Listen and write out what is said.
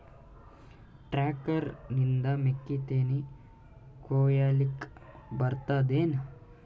Tractor ನಿಂದ ಮೆಕ್ಕಿತೆನಿ ಕೊಯ್ಯಲಿಕ್ ಬರತದೆನ?